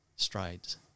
strides